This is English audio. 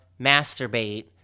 masturbate